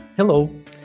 Hello